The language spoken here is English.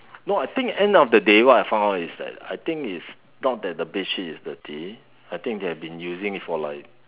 no I think end of the day what I found out is that I think is not that the bedsheets is dirty I think they have been using it for like